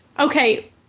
Okay